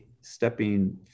stepping